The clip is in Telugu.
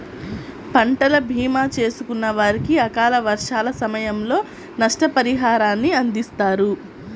పంటల భీమా చేసుకున్న వారికి అకాల వర్షాల సమయంలో నష్టపరిహారాన్ని అందిస్తారు